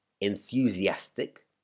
enthusiastic